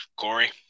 Corey